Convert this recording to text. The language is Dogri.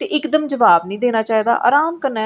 ते इक दम जवाब नीं देना चाहिदा आराम कन्नै